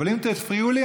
אבל אם תפריעו לי,